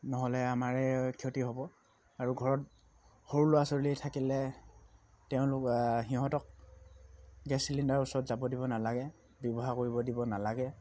নহ'লে আমাৰে ক্ষতি হ'ব আৰু ঘৰত সৰু ল'ৰা ছোৱালী থাকিলে তেওঁলোক সিহঁতক গেছ চিলিণ্ডাৰৰ ওচৰত যাব দিব নালাগে ব্যৱহাৰ কৰিব দিব নালাগে